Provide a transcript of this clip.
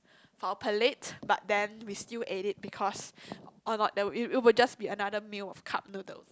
for our pallate but then we still ate it because or not it it will just be another meal of cup noodles